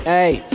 Hey